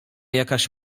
jakaś